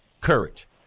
courage